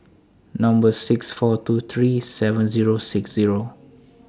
Number six four two three seven Zero six Zero